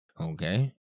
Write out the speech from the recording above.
Okay